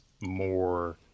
more